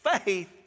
faith